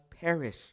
perish